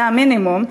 זה המינימום,